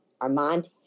Armand